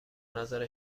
نظر